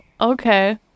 okay